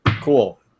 cool